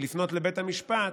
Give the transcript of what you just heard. לפנות לבית המשפט,